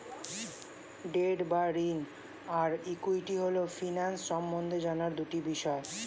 date বা ঋণ আর ইক্যুইটি হল ফিন্যান্স সম্বন্ধে জানার দুটি বিষয়